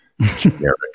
generic